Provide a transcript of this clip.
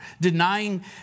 denying